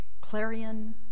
clarion